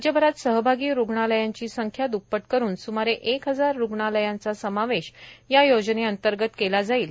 राज्यभरात सहभागी रुग्णालयांची संख्या द्र्प्पट करुन सुमारे एक हजार रुग्णालयांचा समावेश योजनेंतर्गत केला जाईल